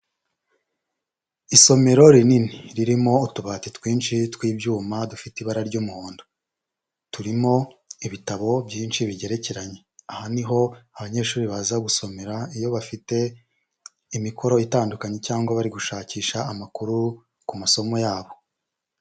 Isomero rinini ririmo utubati twinshi tw'ibyuma dufite ibara ry'umuhondo. Turimo ibitabo byinshi bigerekeranye, aha ni ho abanyeshuri baza gusomera iyo bafite imikoro itandukanye cyangwa bari gushakisha amakuru ku masomo yabo.